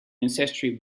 ancestry